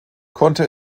konnte